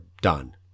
done